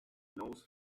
knows